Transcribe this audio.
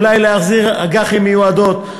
אולי להחזיר אג"חים מיועדות,